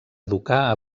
educar